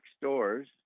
stores